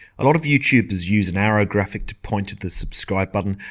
a lot of youtubers use an arrow graphic to point to the subscribe button,